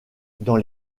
dans